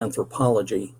anthropology